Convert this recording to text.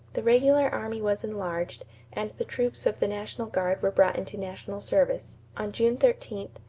the regular army was enlarged and the troops of the national guard were brought into national service. on june thirteen,